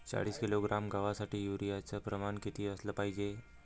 चाळीस किलोग्रॅम गवासाठी यूरिया च प्रमान किती असलं पायजे?